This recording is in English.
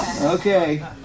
Okay